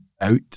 out